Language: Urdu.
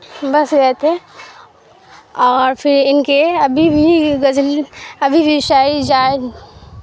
بس گئے تھے اور پھر ان کے ابھی بھی غزل ابھی بھی شاعری شاید